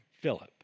Philip